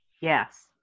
Yes